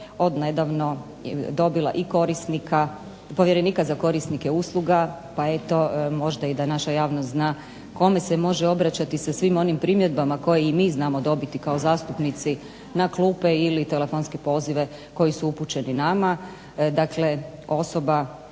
od nedavno dobila i povjerenika za korisnike usluga pa eto možda i da naša javnost zna kome se može obraćati sa svim onim primjedbama koje i mi znamo dobiti kao zastupnici na klupe ili telefonske pozive koji su upućeni nama. Dakle, osoba